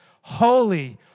Holy